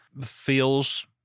feels